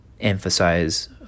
emphasize